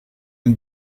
une